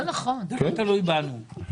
לא תלוי בנו.